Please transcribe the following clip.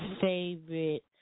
favorite